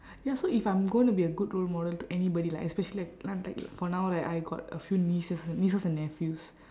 ya so if I'm gonna be a good role model to anybody like especially like n~ like for now like I got a few nieces nieces and nephews